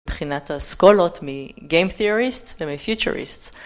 מבחינת האסכולות מגיימפתיאוריסט ומפיוטריסט.